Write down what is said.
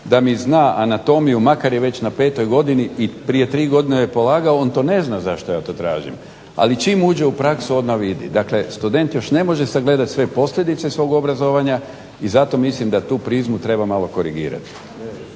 da mi zna anatomiju makar je već na 5. godini i prije 3 godine je polagao, on to ne zna zašto ja to tražim. Ali čim uđe u praksu odmah vidi. Dakle, student još ne može sagledati sve posljedice svog obrazovanja i zato mislim da tu prizmu mora malo korigirati.